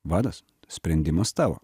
vadas sprendimas tavo